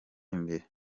imbere